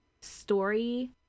story